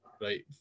right